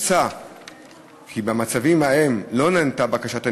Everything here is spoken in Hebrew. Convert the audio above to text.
מוצע כי במצבים האלה שבהם לא נענתה בקשת הנפגע,